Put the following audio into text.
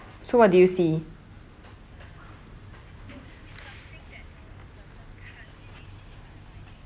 so what do you see